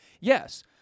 Yes